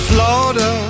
Florida